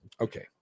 okay